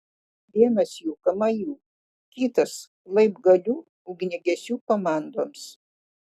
vienas jų kamajų kitas laibgalių ugniagesių komandoms